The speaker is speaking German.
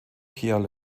pierre